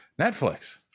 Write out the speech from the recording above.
Netflix